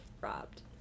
robbed